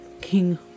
king